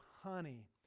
honey